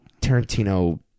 Tarantino